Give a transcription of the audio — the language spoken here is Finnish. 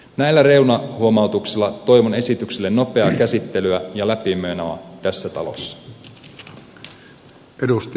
näillä reunahuomautuksilla toivon esitykselle nopeaa käsittelyä ja läpimenoa tässä talossa